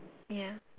ya